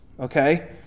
Okay